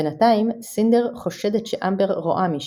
בינתיים, סינדר חושדת שאמבר רואה מישהו.